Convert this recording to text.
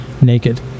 naked